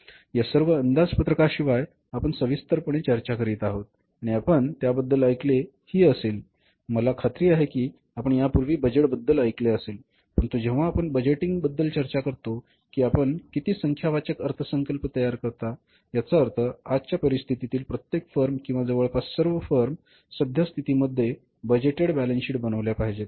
या सर्व अंदाजपत्रकाविषयी आपण सविस्तरपणे चर्चा करीत आहोत आणि आपण त्याबद्दल ऐकले ही असेल मला खात्री आहे की आपण यापूर्वी बजेटबद्दल ऐकले असेल परंतु जेव्हा आपण बजेटिंगबद्दल चर्चा करतो की आपण किती संख्यावाचक अर्थसंकल्प तयार करता याचा अर्थ आजच्या परिस्थितीतील प्रत्येक फर्म किंवा जवळपास सर्व फर्म सध्या स्थिती मध्ये बजेटेड बॅलन्स शीट बनवल्या पाहिजेत